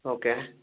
okay